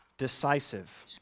decisive